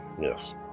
Yes